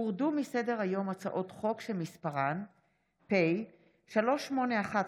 הורדו מסדר-היום הצעות חוק שמספריהן פ/381/24,